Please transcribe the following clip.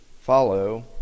follow